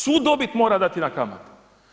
Svu dobit mora dati na kamate.